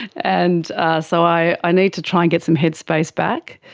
and ah so i i need to try and get some headspace back,